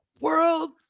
World